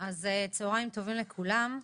צהריים טובים לכולם.